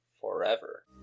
forever